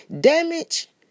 damage